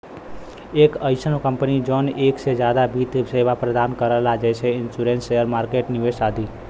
एक अइसन कंपनी जौन एक से जादा वित्त सेवा प्रदान करला जैसे इन्शुरन्स शेयर मार्केट निवेश आदि